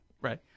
right